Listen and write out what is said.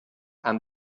han